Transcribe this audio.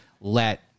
let